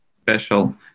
special